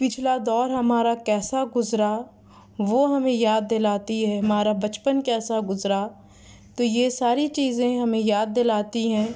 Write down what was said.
پچھلا دور ہمارا کیسا گزرا وہ ہمیں یاد دلاتی ہے ہمارا بچپن کیسا گزرا تو یہ ساری چیزیں ہمیں یاد دلاتی ہیں